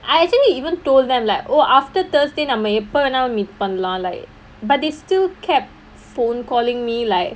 I actually even told them like oh after thursday நம்ம எப்ப வேணுனாலும்:namma eppa venunaalaum meet பண்ணலாம்:pannalaam like but they still kept phone calling me like